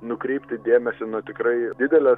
nukreipti dėmesį nuo tikrai didelės